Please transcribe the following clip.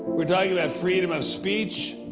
we're talking about freedom of speech,